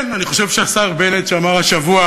כן, אני חושב שהשר בנט, שאמר השבוע